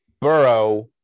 Burrow